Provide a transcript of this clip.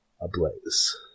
ablaze